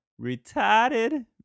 retarded